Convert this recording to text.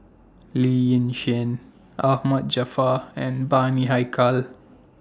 Lee Yi Shyan Ahmad Jaafar and Bani Haykal